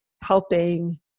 helping